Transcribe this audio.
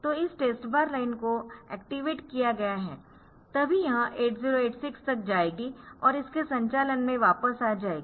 तो इस टेस्ट बार लाइन को एक्टिवेट किया गयाहै तभी यह 8086 तक जाएगी और इसके संचालन में वापस आ जाएगी